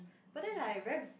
but then like very